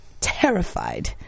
terrified